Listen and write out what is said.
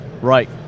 right